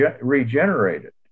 regenerated